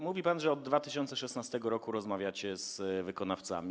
Mówi pan, że od 2016 r. rozmawiacie z wykonawcami.